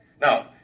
Now